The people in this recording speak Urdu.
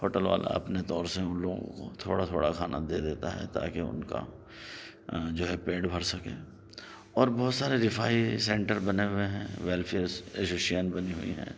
ہوٹل والا اپنے طور سے ان لوگوں کو تھوڑا تھوڑا کھانا دے دیتا ہے تاکہ ان کا جو ہے پیٹ بھر سکے اور بہت سارے رفاہی سینٹر بنے ہوئے ہیں ویلفیئرس ایسوسی ایشن بنی ہوئی ہے